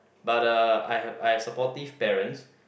but uh I hav~ I have supportive parents